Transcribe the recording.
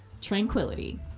Tranquility